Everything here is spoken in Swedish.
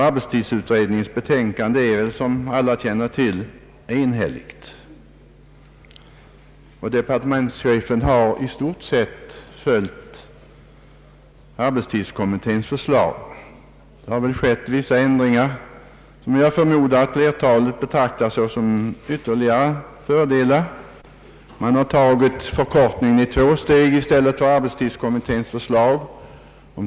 Arbetstidsutredningens betänkande är enhälligt, som väl alla känner till, och departementschefen har i stort sett följt arbetstidskommitténs förslag. Det har skett vissa förändringar som jag förmodar att flertalet betraktar som ytterligare fördelar. Enligt propositionens förslag skall förkortningen tas i två steg i stället för i tre, som arbetstidskommittén föreslagit.